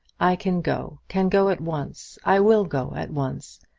i can go can go at once. i will go at once.